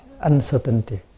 uncertainty